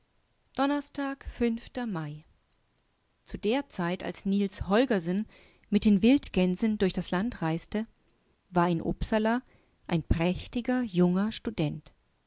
donnerstag mai zu der zeit als niels holgersen mit den wildgänsen durch das land reiste war in upsala ein prächtiger junger student